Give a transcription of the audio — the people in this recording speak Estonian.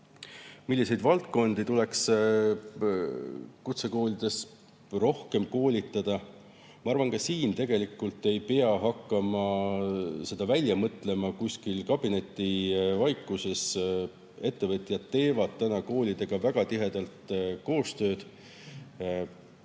[spetsialiste] tuleks kutsekoolides rohkem koolitada? Ma arvan, et ka seda tegelikult ei pea hakkama välja mõtlema kuskil kabinetivaikuses. Ettevõtjad teevad koolidega väga tihedalt koostööd,